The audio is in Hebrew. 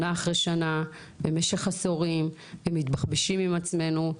שנה אחרי שנה, במשך עשורים ומתבחבשים עם עצמנו.